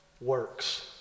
Works